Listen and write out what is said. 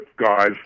Guys